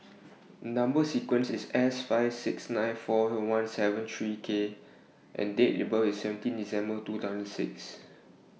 Number sequence IS S five six nine four one seven three K and Date of birth IS seventeen December two thousand and six